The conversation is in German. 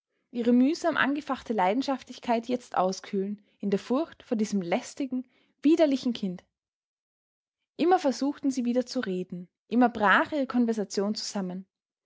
ihre mühsam angefachte leidenschaftlichkeit jetzt auskühlen in der furcht vor diesem lästigen widerlichen kind immer versuchten sie wieder zu reden immer brach ihre konversation zusammen